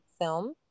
film